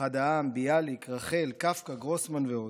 אחד העם, ביאליק, רחל, קפקא, גרוסמן ועוד.